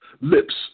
Lips